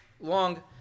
long